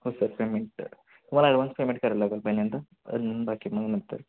हो sir payment तुम्हाला advance payment करायला लागेल पहिल्यांदा बाकी मग नंतर